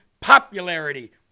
popularity